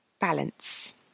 balance